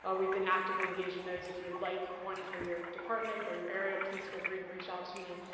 ah we've been actively engaged in those. if you would like one for your department or your area, please feel free to reach out to me.